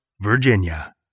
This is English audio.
Virginia